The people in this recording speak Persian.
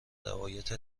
روایت